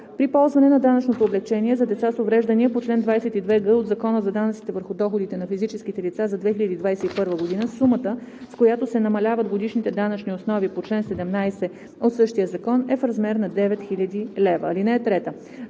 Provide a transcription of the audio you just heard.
При ползване на данъчното облекчение за деца с увреждания по чл. 22г от Закона за данъците върху доходите на физическите лица за 2021 г. сумата, с която се намаляват годишните данъчни основи по чл. 17 от същия закон, е в размер на 9000 лв. (3) За